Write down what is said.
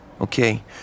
okay